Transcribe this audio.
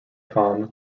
tom